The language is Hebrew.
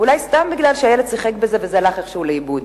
ואולי סתם כי הילד שיחק בזה וזה הלך איכשהו לאיבוד.